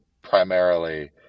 primarily